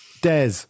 Des